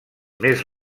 més